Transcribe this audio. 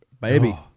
Baby